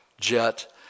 jet